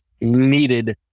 needed